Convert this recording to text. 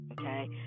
Okay